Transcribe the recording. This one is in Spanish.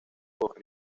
por